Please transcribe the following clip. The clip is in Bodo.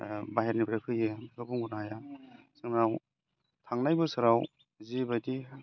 बाहेरनिफ्राय फैयो बेखौ बुंनो हाया जोंनाव थांनाय बोसोराव जिबायदि